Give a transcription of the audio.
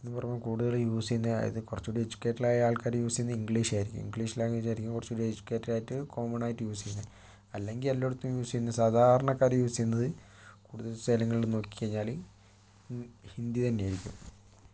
എനിക്ക് തോന്നുന്നത് കൂടുതലും യൂസ് ചെയ്യുന്നത് അതായത് കുറച്ച് കൂടി എഡ്യൂക്കേറ്റഡ് ആയ ആൾക്കാര് യൂസ് ചെയ്യുന്നത് ഇംഗ്ലീഷ് ആയിരിക്കും ഇംഗ്ലീഷ് ലാംഗ്വേജ് ആയിരിക്കും കുറച്ച് കൂടി എഡ്യൂക്കേറ്റഡ് ആയിട്ട് കോമൺ ആയിട്ട് യൂസ് ചെയ്യുന്നത് അല്ലെങ്കിൽ എല്ലായിടത്തും യൂസ് ചെയ്യുന്നത് സാധാരണക്കാര് യൂസ് ചെയ്യുന്നത് കൂടുതലും സ്ഥലങ്ങളില് നോക്കിക്കഴിഞ്ഞാല് ഹിന്ദി തന്നെയായിരിക്കും